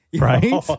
Right